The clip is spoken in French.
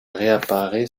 réapparaît